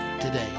today